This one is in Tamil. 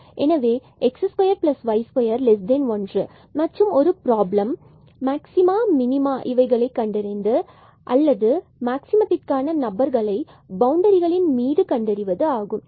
எனவேx2y21 மற்றும் ஒரு பிராப்ளம் என்பது மேக்சிமா மினிமா இவற்றை கண்டறிவது அல்லது மேக்ஸிமத்திற்கான நபர்களை பவுண்டரிகளின் மீது கண்டறிவது ஆகும்